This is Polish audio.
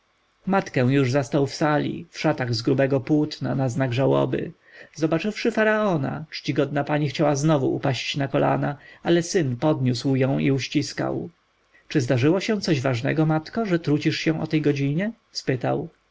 matkę już zastał w sali w szatach z grubego płótna na znak żałoby zobaczywszy faraona czcigodna pani chciała znowu upaść na kolana ale syn podniósł ją i uściskał czy zdarzyło się coś ważnego matko że trudzisz się o tej godzinie spytał